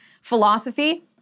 philosophy